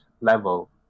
level